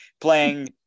playing